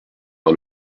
par